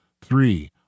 Three